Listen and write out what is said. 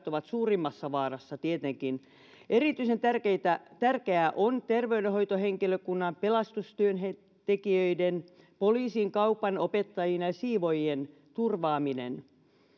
ovat suurimmassa vaarassa tietenkin erityisen tärkeää on terveydenhoitohenkilökunnan pelastustyöntekijöiden poliisin kaupan opettajien ja ja siivoojien turvaaminen